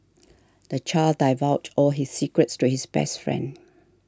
the child divulged all his secrets to his best friend